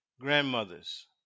grandmothers